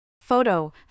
Photo